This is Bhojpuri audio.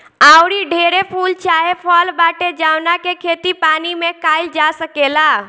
आऊरी ढेरे फूल चाहे फल बाटे जावना के खेती पानी में काईल जा सकेला